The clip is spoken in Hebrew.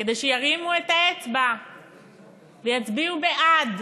כדי שירימו את האצבע ויצביעו בעד.